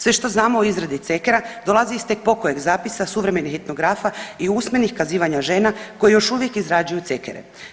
Sve što znamo o izradi cekera dolazi iz tek pokojeg zapisa suvremenih etnografa i usmenih kazivanja žena koje još uvijek izrađuju cekere.